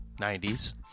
90s